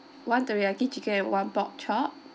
one teriyaki chicken and one pork chop